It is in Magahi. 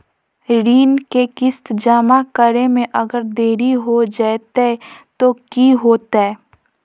ऋण के किस्त जमा करे में अगर देरी हो जैतै तो कि होतैय?